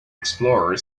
explorer